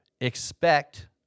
expect